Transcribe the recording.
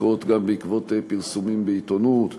גם בעקבות פרסומים בעיתונות,